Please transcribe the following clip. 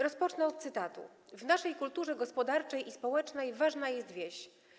Rozpocznę od cytatu: W naszej kulturze gospodarczej i społecznej ważna jest wieś.